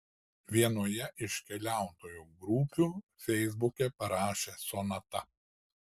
vienoje iš keliautojų grupių feisbuke parašė sonata